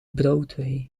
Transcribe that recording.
broadway